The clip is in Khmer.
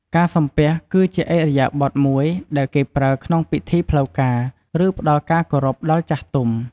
ការសំពះ គឺជាឥរិយាបថមួយដែលគេប្រើក្នុងពិធីផ្លូវការ ឬ ផ្តល់ការគោរពដល់ចាស់ទុំ។